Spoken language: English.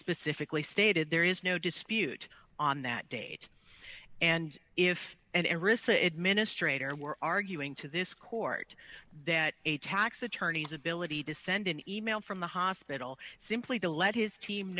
specifically stated there is no dispute on that date and if and risk the administrator were arguing to this court that a tax attorneys ability to send an email from the hospital simply to let his team